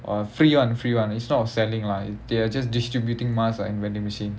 uh free [one] free [one] it's not selling lah they are just distributing mask like in vending machine